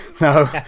no